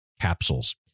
capsules